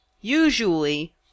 usually